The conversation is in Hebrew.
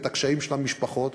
ואת הקשיים של המשפחות.